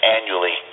annually